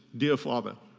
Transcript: dear father,